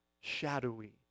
shadowy